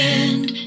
end